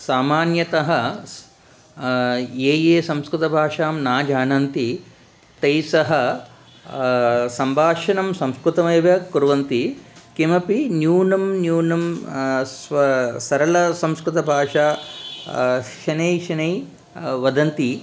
सामान्यतः स् ये ये संस्कृतभाषां न जानन्ति तैः सह सम्भाषणं संस्कृतेव कुर्वन्ति किमपि न्यूनं न्यूनं स्व सरलं संस्कृतभाषा शनैः शनैः वदन्ति